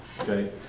Okay